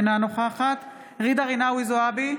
אינה נוכחת ג'ידא רינאוי זועבי,